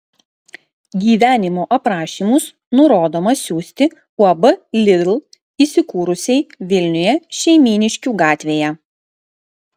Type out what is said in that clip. gyvenimo aprašymus nurodoma siųsti uab lidl įsikūrusiai vilniuje šeimyniškių gatvėje